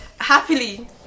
happily